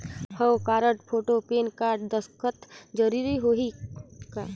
हव card, photo, PAN card, दस्खत जरूरी होही का?